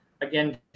again